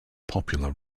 popular